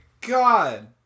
god